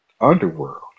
Underworld